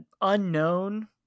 unknown